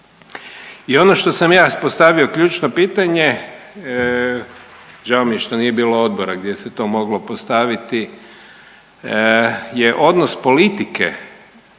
I ono što sam ja postavio ključno pitanje, žao mi je što nije bilo odbora gdje se to moglo postaviti, je odnos politike